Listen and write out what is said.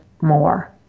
more